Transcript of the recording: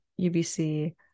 UBC